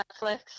Netflix